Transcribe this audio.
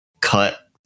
cut